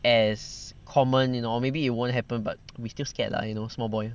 as common you know or maybe it won't happen but we still scared lah you know small boy